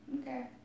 Okay